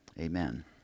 amen